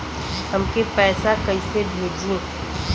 हमके पैसा कइसे भेजी?